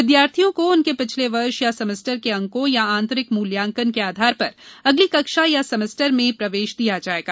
विद्यार्थियों को उनके पिछले वर्ष या सेमेस्टर के अंकों या आंतरिक मूल्यांकन के आधार पर अगली कक्षा या सेमेस्टर में प्रवेश दिया जाएगा